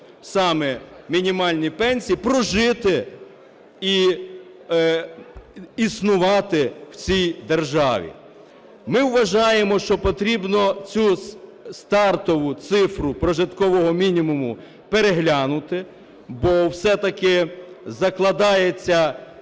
саме мінімальні пенсії, прожити і існувати в цій державі. Ми вважаємо, що потрібно цю стартову цифру прожиткового мінімуму переглянути, бо все-таки закладається